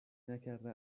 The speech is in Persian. نکرده